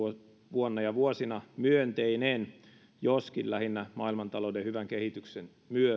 vuonna ja vuosina myönteinen joskin lähinnä maailmantalouden hyvän kehityksen myötä